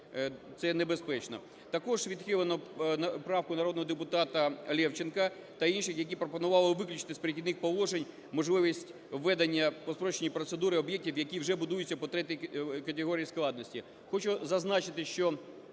це небезпечно. Також відхилено правку народного депутата Левченка та інших, які пропонували виключити з "Перехідних положень" можливість введення по спрощеній процедурі об'єктів, які вже будуються по третій категорії складності.